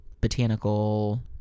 Botanical